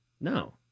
No